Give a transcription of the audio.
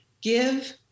give